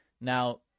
Now